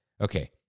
Okay